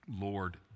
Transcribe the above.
Lord